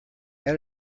add